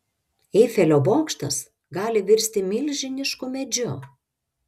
eifelio bokštas gali virsti milžinišku medžiu